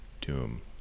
Doom